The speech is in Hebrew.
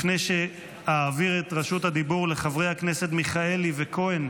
לפני שאעביר את רשות הדיבור לחברי הכנסת מיכאלי וכהן,